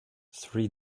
three